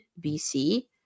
BC